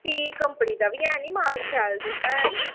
भी कंपनी दा बी ऐ निं माल शैल जुत्ता ऐ निं